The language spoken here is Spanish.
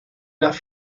las